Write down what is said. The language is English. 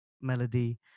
melody